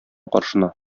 каршына